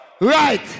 Right